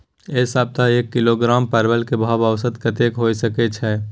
ऐ सप्ताह एक किलोग्राम परवल के भाव औसत कतेक होय सके छै?